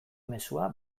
mezua